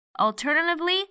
Alternatively